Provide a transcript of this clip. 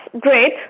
great